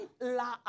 la